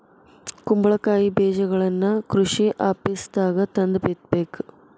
ಕುಂಬಳಕಾಯಿ ಬೇಜಗಳನ್ನಾ ಕೃಷಿ ಆಪೇಸ್ದಾಗ ತಂದ ಬಿತ್ತಬೇಕ